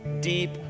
deep